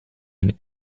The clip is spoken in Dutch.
een